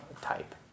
type